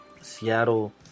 Seattle